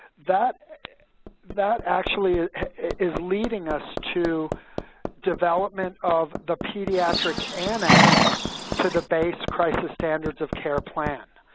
that that actually is leading us to development of the pediatric annex to the base crisis standards of care plan.